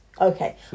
Okay